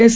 S